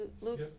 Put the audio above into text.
Luke